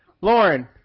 Lauren